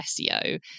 SEO